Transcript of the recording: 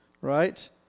Right